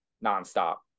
non-stop